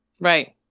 Right